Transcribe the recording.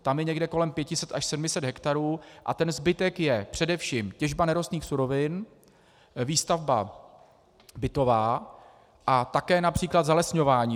Tam je někde kolem 500 až 700 hektarů a ten zbytek je především těžba nerostných surovin, výstavba bytová a také například zalesňování.